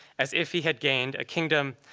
as if he had gained a kingdom,